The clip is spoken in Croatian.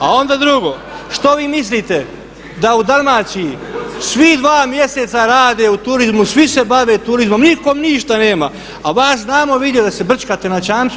A onda drugo, što vi mislite da u Dalmaciji svih dva mjeseca rade u turizmu, svi se bave turizmom, niko ništa nema, a vas znamo vidjeti da se brćkate na čamcu.